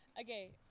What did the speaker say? Okay